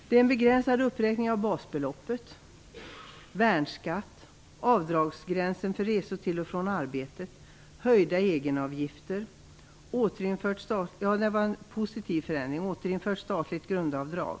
Det är en begränsad uppräkning av basbeloppet, värnskatt, avdragsgränsen för resor till och från arbetet, höjda egenavgifter och så en positiv förändring, nämligen återinfört statligt grundavdrag.